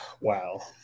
Wow